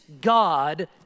God